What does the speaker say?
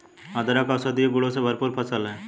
अदरक औषधीय गुणों से भरपूर फसल है